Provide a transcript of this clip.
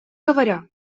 говоря